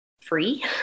free